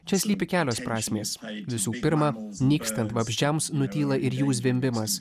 čia slypi kelios prasmės visų pirma nykstant vabzdžiams nutyla ir jų zvimbimas